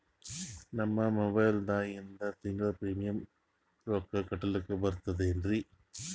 ನಮ್ಮ ಮೊಬೈಲದಾಗಿಂದ ತಿಂಗಳ ಪ್ರೀಮಿಯಂ ರೊಕ್ಕ ಕಟ್ಲಕ್ಕ ಬರ್ತದೇನ್ರಿ?